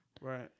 Right